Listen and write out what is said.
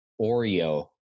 Oreo